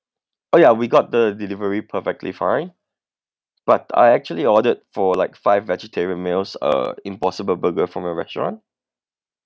oh yeah we got the delivery perfectly fine but I actually ordered for like five vegetarian meals uh impossible burger from your restaurant